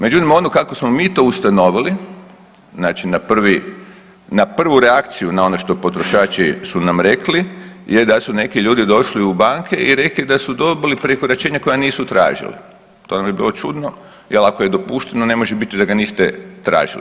Međutim, ono kako smo mi to ustanovili, znači na prvi, na prvu reakciju na ono što potrošači su nam rekli je da su neki ljudi došli u banke i rekli da su dobili prekoračenja koja nisu tražili, to nam je bilo čudno jer ako je dopušteno, ne može biti da ga niste tražili.